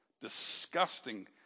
disgusting